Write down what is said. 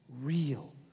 real